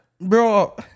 Bro